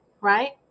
right